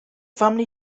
family